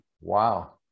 Wow